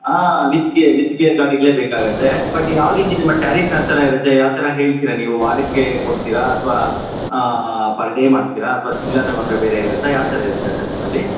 ಹಾಂ with gear with gear ಗಾಡಿಗಳೇ ಬೇಕಾಗುತ್ತೆ ಬಟ್ ಯಾವ ರೀತಿ ನಿಮ್ಮ ಟ್ಯಾರಿಫ್ ಯಾವ ಥರ ಇರುತ್ತೆ ಯಾವ ಥರ ಹೇಳ್ತೀರಾ ನೀವು ವಾರಕ್ಕೆ ಕೊಡ್ತೀರಾ ಅಥವಾ ಪರ್ ಡೇ ಮಾಡ್ತೀರಾ ಅಥ್ವಾ ತಿಂಗಳ ತಗೊಂಡರೆ ಬೇರೆ ಇರುತ್ತಾ ಯಾವ ಥರ ಇರುತ್ತೆ ಸರ್ ನಿಮ್ಮಲ್ಲಿ